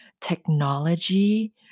technology